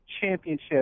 championship